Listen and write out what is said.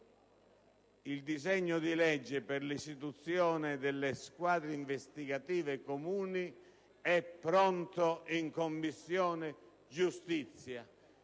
il disegno di legge per l'istituzione delle squadre investigative comuni è pronto in Commissione giustizia: